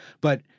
But-